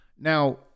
Now